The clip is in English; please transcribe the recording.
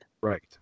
Right